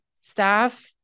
staff